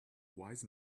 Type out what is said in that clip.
wise